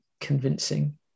convincing